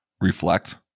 Reflect